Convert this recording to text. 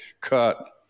cut